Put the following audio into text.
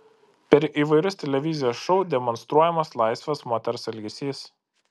per įvairius televizijos šou demonstruojamas laisvas moters elgesys